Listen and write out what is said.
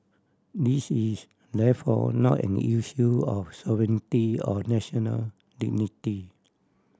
this is therefore not an issue of sovereignty or national dignity